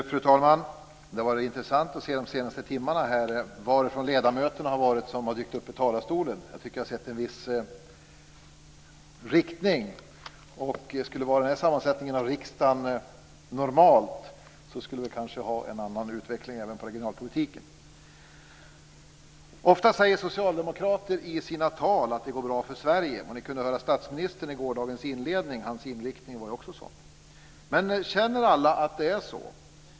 Fru talman! Det har varit intressant att se de senaste timmarna varifrån ledamöterna har varit som har dykt upp i talarstolen. Jag tycker att jag sett en viss riktning. Skulle det vara den här sammansättningen av riksdagen normalt skulle vi kanske ha en annan utveckling även av regionalpolitiken. Ofta säger socialdemokrater i sina tal att det går bra för Sverige. Vi kunde höra statsministern i gårdagens inledning, hans inriktning var också sådan. Men känner alla att det är så?